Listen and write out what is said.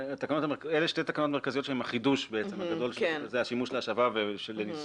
אלה שתי תקנות מרכזיות שהן בעצם החידוש הגדול של השימוש להשבה והניסוי.